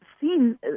seen